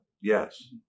Yes